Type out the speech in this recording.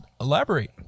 elaborate